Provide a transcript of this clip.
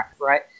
Right